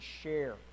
share